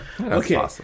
okay